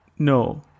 No